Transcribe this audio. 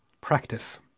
Practice